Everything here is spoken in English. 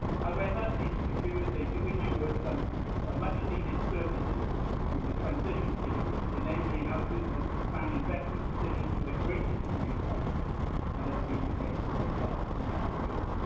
however, if secured they do ensure some ah much needed certainty through the transition period, enabling our business to plan investment decisions with a greater degree of confidence than has been the case for the past two and a half years.